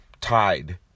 tied